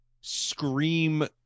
scream